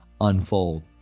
unfold